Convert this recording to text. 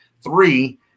three